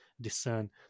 discern